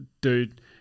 dude